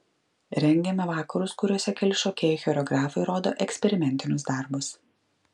rengiame vakarus kuriuose keli šokėjai choreografai rodo eksperimentinius darbus